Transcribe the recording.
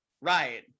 right